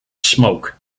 smoke